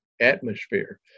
atmosphere